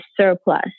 surplus